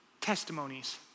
Testimonies